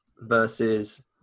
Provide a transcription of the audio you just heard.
versus